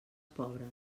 pobres